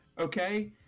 okay